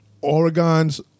Oregon's